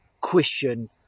question